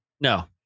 No